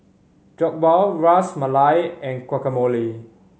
Jokbal Ras Malai and Guacamole